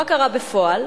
מה קרה בפועל?